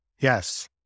Yes